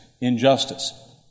injustice